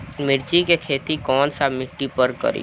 मिर्ची के खेती कौन सा मिट्टी पर करी?